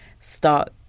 start